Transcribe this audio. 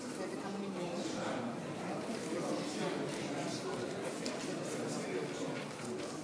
מינימום למי שהפקיר אדם שנפגע בתאונה)